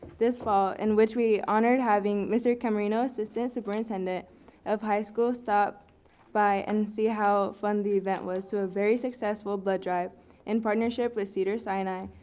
this fall, in which we honored having mr. camerino assistant superintendent of high school stop by and see how fun the event was, to a very successful blood drive in partnership with cedar sinai.